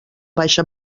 baixa